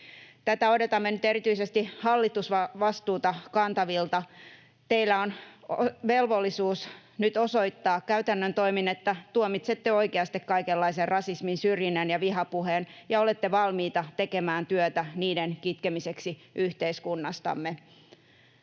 Tätä odotamme nyt erityisesti hallitusvastuuta kantavilta. Teillä on velvollisuus nyt osoittaa käytännön toimin, että tuomitsette oikeasti kaikenlaisen rasismin, syrjinnän ja vihapuheen ja olette valmiita tekemään työtä niiden kitkemiseksi yhteiskunnastamme.